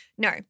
No